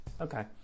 okay